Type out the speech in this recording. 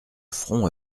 front